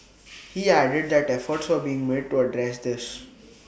he added that efforts were being made to address this